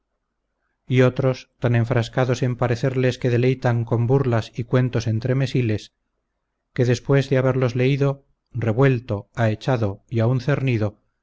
y otros tan enfrascados en parecerles que deleitan con burlas y cuentos entremesiles que después de haberlos leído revuelto aechado y aún cernido